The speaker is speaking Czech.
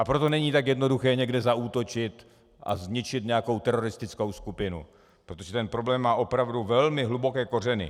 Proto není tak jednoduché někde zaútočit a zničit nějakou teroristickou skupinu, protože ten problém má opravdu velmi hluboké kořeny.